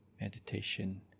Meditation